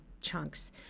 chunks